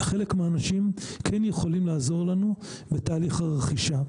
חלק מהאנשים כן יכולים לעזור לנו בתהליך הרכישה.